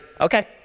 Okay